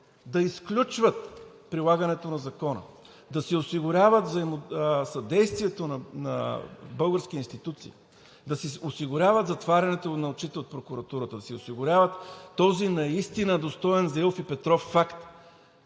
да изключват прилагането на закона, да си осигуряват съдействието на български институции, да си осигуряват затварянето на очите от прокуратурата, да си осигуряват този наистина достоен за Илф и Петров факт